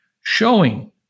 showing